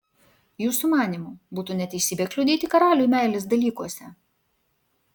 jūsų manymu būtų neteisybė kliudyti karaliui meilės dalykuose